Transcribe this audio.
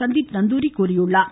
சந்தீப் நந்தூரி தெரிவித்துள்ளார்